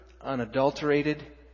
unadulterated